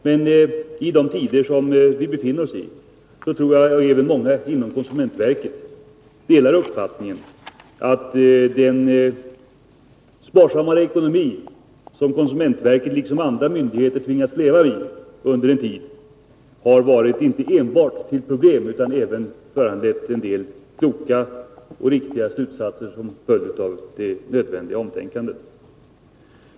Men i de tider som vi befinner oss i tror jag att även många inom konsumentverket delar uppfattningen att den sparsammare ekonomi, som konsumentverket liksom andra myndigheter tvingas leva med under en tid, inte enbart har varit till problem utan även har medfört en del kloka och riktiga slutsatser — som en följd av det nödvändiga omtänkandet.